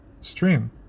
stream